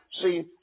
see